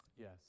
Yes